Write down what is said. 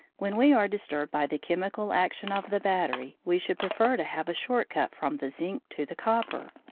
when we are disturbed by the chemical action of the battery, we should prefer to have a short-cut from the zinc to the copper,